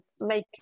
make